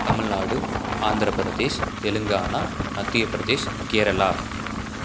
Tamil Nadu Andhra Pradesh Telangana Madhya Pradesh Kerala